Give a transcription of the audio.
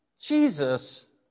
Jesus